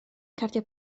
cardiau